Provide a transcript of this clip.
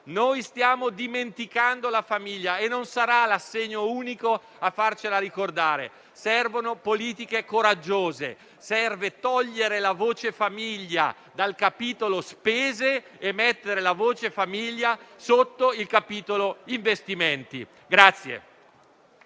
Noi stiamo dimenticando la famiglia e non sarà l'assegno unico a farcela ricordare. Servono politiche coraggiose. Serve togliere la voce famiglia dal capitolo spese per metterla sotto il capitolo investimenti.